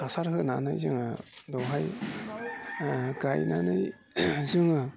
हासार होनानै जोङो बेवहाय गायनानै जोङो